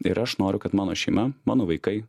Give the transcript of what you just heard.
ir aš noriu kad mano šeima mano vaikai